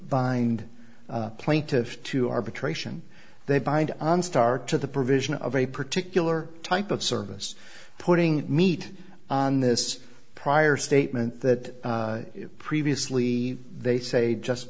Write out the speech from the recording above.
bind plaintiff to arbitration they bind on start to the provision of a particular type of service putting meat on this prior statement that previously they say just